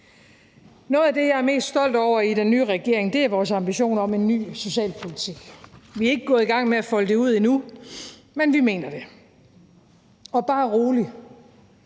Noget af det, jeg er mest stolt over i den nye regering, er vores ambition om en ny socialpolitik. Vi er ikke gået i gang med at folde den ud endnu, men vi mener det. Og bare rolig,